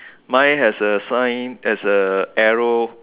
my has a sign there's a arrow